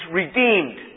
redeemed